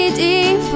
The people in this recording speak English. deep